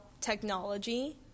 technology